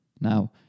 Now